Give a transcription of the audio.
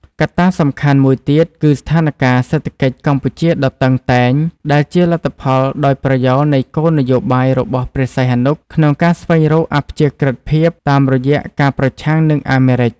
កត្តាសំខាន់មួយទៀតគឺស្ថានការណ៍សេដ្ឋកិច្ចកម្ពុជាដ៏តឹងតែង ដែលជាលទ្ធផលដោយប្រយោលនៃគោលនយោបាយរបស់ព្រះសីហនុក្នុងការស្វែងរកអព្យាក្រឹតភាពតាមរយៈការប្រឆាំងនឹងអាមេរិក។